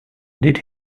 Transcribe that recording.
did